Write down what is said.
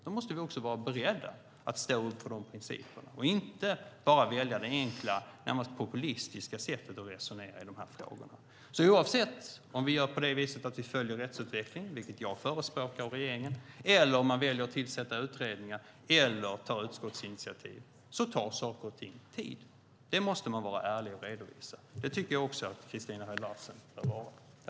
Då måste vi också vara beredda att stå upp för de principerna och inte bara välja det enkla, närmast populistiska sättet att resonera i de här frågorna. Oavsett om vi gör på det viset att vi följer rättsutvecklingen, vilket jag och regeringen förespråkar, eller om man väljer att tillsätta utredningar eller ta utskottsinitiativ tar saker och ting tid. Det måste man vara ärlig och redovisa. Det tycker jag också att Christina Höj Larsen bör vara.